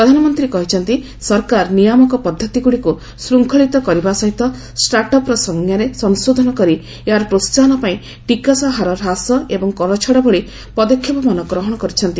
ପ୍ରଧାନମନ୍ତ୍ରୀ କହିଛନ୍ତି ସରକାର ନିୟାମକ ପଦ୍ଧତି ଗୁଡିକୁ ଶୃଖଳିତ କରିବା ସହିତ ଷ୍ଟାର୍ଟ ଅପର ସଂଜ୍ଞାରେ ସଂଶୋଧନ କରି ଏହାର ପ୍ରୋସାହନ ପାଇଁ ଟିକସ ହାର ହ୍ରାସ ଏବଂ କରଛାଡ ଭଳି ପଦକ୍ଷେପମାନ ଗ୍ରହଣ କରିଛନ୍ତି